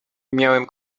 miałem